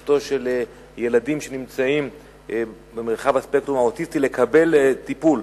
למשפחות של ילדים שנמצאים במרחב הספקטרום האוטיסטי לקבל טיפול